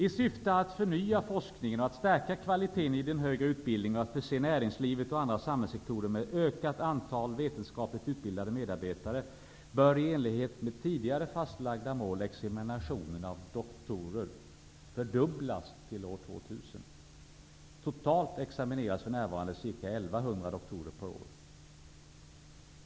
I syfte att förnya forskningen, att stärka kvaliteten i den högre utbildningen och att förse näringslivet och andra samhällssektorer med ökat antal vetenskapligt utbildade medarbetare bör i enlighet med tidigare fastlagt mål examinationen av doktorer fördubblas till år 2000. Totalt examineras för närvarande ca 1 100 doktorer per år.